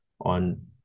on